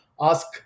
ask